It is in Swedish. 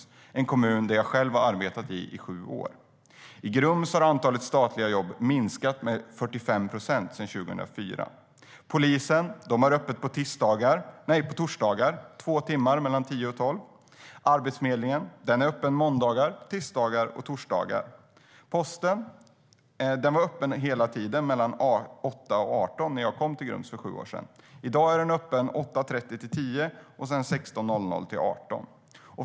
I Grums kommun, där jag själv arbetat i sju år, har antalet statliga jobb minskat med 45 procent sedan 2004. Polisen har öppet på torsdagar mellan 10 och 12. Arbetsförmedlingen är öppen måndagar, tisdagar och torsdagar. Posten var öppen hela tiden mellan 8 och 18 när jag kom till Grums för sju år sedan. I dag är den öppen 8.30-10 och sedan 16-18.